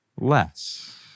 less